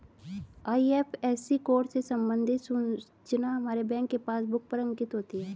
IFSC code से संबंधित सूचना हमारे बैंक के पासबुक पर अंकित होती है